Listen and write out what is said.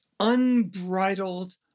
unbridled